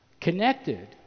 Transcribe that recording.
connected